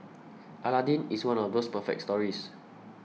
Aladdin is one of those perfect stories